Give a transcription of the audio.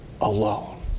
alone